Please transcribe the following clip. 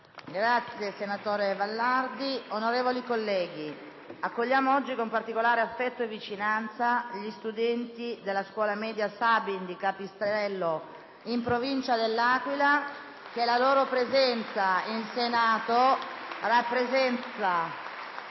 finestra"). Onorevoli colleghi, accogliamo oggi con particolare affetto e vicinanza gli studenti della scuola media «Sabin» di Capistrello, in Provincia dell'Aquila. Che la loro presenza in Senato rappresenti